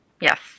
Yes